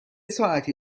ساعتی